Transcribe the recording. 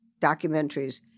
documentaries